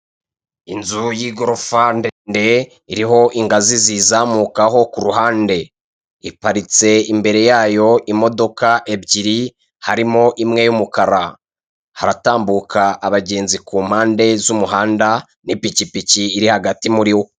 Inzu y'igorofa ndende iriho ingazi ziyizamukaho ku ruhande, iparitse imbere yayo imdoka ebyiri harimo imwe y'umukara, haratambuka abagenzi ku mpande z'umuhanda n'ipikipiki iri hagati muri wo.